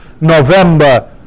November